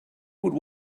would